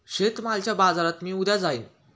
शेतमालाच्या बाजारात मी उद्या जाईन